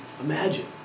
Imagine